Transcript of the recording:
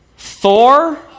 thor